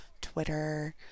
Twitter